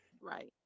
right